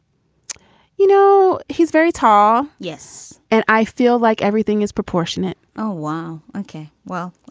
you know, he's very tall yes. and i feel like everything is proportionate. oh, wow. okay well,